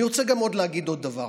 אני רוצה גם להגיד עוד דבר: